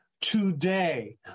today